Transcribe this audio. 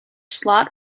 slot